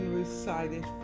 recited